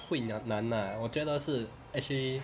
会难难 ah 我觉得是 actually